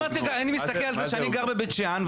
אם אני מסתכל על זה שאני גר בבית שאן,